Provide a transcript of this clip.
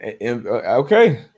Okay